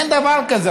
אין דבר כזה.